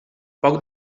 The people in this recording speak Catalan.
poc